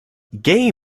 gay